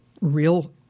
real